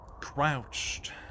crouched